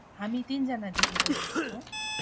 हामी तिनजना दिदी बहिनीहरू छौँ